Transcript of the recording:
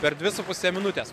per dvi su puse minutes